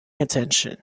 attention